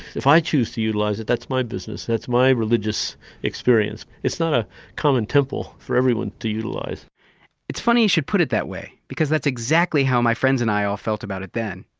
if i choose to utilize it, that's my business, that's my religious experience. it's not a common temple for everyone to utilize it's funny you should put it that way, because that's exactly how my friends and i all felt about it then,